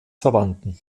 verwandten